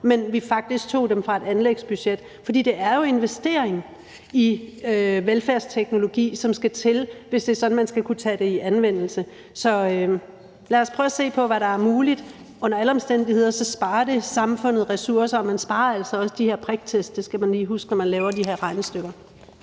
dem faktisk fra et anlægsbudget. For det er jo en investering i velfærdsteknologi, som skal til, hvis man skal kunne tage det i anvendelse. Så lad os prøve at se på, hvad der er muligt. Under alle omstændigheder sparer det samfundet ressourcer, og man sparer altså også de her priktest. Det skal man lige huske, når man laver de her regnestykker.